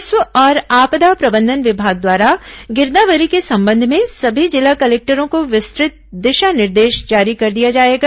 राजस्व और आपदा प्रबंधन विभाग द्वारा गिरदावरी के संबंध में सभी जिला कलेक्टरों को विस्तृत दिशा निर्देश जारी कर दिया गया है